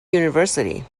university